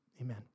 Amen